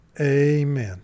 Amen